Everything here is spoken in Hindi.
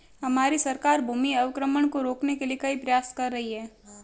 हमारी सरकार भूमि अवक्रमण को रोकने के लिए कई प्रयास कर रही है